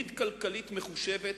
תוכנית כלכלית מחושבת